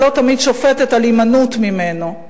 ולא תמיד שופטת על הימנעות ממנו.